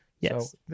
Yes